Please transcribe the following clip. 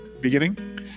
beginning